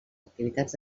activitats